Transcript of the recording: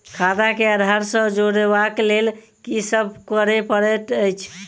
खाता केँ आधार सँ जोड़ेबाक लेल की सब करै पड़तै अछि?